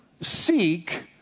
seek